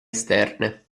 esterne